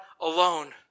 alone